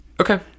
okay